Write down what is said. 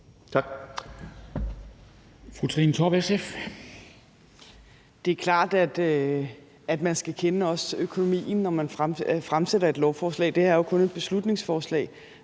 Kl. 11:13 Trine Torp (SF): Det er klart, at man også skal kende økonomien, når man fremsætter et lovforslag – det her er jo kun et beslutningsforslag